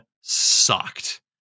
sucked